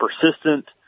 persistent